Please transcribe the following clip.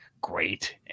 great